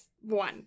one